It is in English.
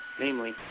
Namely